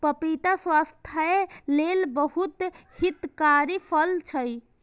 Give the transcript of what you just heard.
पपीता स्वास्थ्यक लेल बहुत हितकारी फल छै